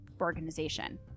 organization